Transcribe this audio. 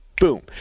Boom